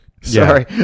Sorry